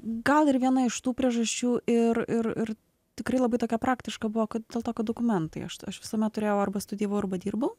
gal ir viena iš tų priežasčių ir ir ir tikrai labai tokia praktiška buvo kad dėl to kad dokumentai aš aš visuomet turėjau arba studijavau arba dirbau